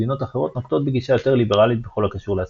מדינות אחרות נוקטות בגישה יותר ליברלית בכל הקשור להצפנה.